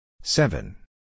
Seven